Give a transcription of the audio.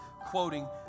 quoting